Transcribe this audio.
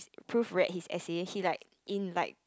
proof read his essay he like invite